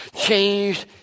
changed